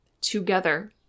together